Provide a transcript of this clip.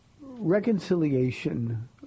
Reconciliation